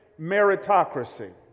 Meritocracy